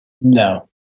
No